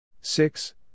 Six